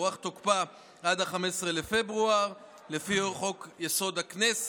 הוארך תוקפה עד ל-15 בפברואר לפי חוק-יסוד: הכנסת.